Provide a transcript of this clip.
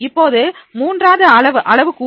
இப்போது மூன்றாவது அளவு கூறு